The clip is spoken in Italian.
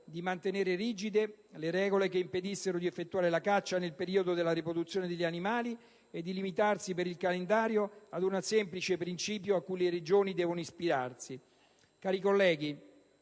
di mantenere rigide regole che impedissero di effettuare la caccia nel periodo della riproduzione degli animali e di limitarsi per il calendario ad un semplice principio a cui le Regioni devono ispirarsi. Cari colleghi,